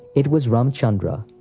it was ramchandra.